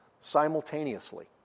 simultaneously